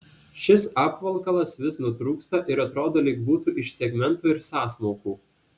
šis apvalkalas vis nutrūksta ir atrodo lyg būtų iš segmentų ir sąsmaukų